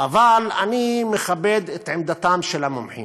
אבל אני מכבד את עמדתם של המומחים,